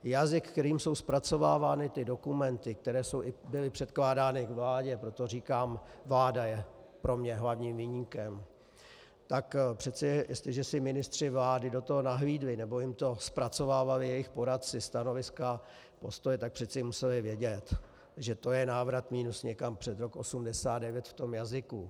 Jazyk, kterým jsou zpracovávány ty dokumenty, které byly předkládány vládě, proto říkám: Vláda je pro mě hlavním viníkem, tak přece jestliže si ministři vlády do toho nahlédli nebo jim to zpracovávali jejich poradci, stanoviska, postoje, tak přece museli vědět, že to je návrat minus někam před rok 89 v tom jazyku.